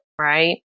right